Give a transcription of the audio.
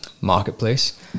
marketplace